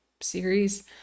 series